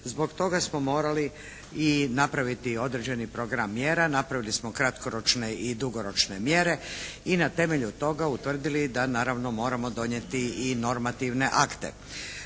Zbog toga smo morali i napraviti određeni program mjera, napravili smo kratkoročne i dugoročne mjere i na temelju toga utvrdili da naravno moramo donijeti i normativne akte.